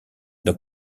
dans